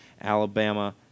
Alabama